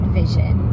vision